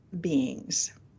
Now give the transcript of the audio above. beings